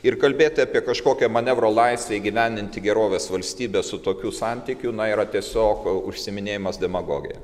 ir kalbėti apie kažkokią manevro laisvę įgyvendinti gerovės valstybę su tokiu santykiu na yra tiesiog užsiiminėjimas demagogija